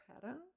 pattern